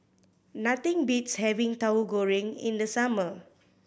nothing beats having Tauhu Goreng in the summer